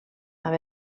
amb